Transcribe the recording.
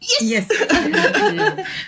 Yes